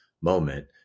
moment